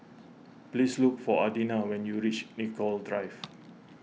please look for Adina when you reach Nicoll Drive